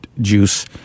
juice